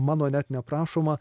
mano net neprašoma